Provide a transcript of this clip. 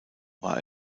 war